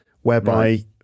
whereby